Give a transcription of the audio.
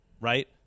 right